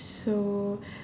so